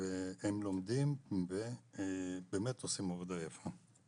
והם באמת עושים עבודה יפה.